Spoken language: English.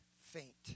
faint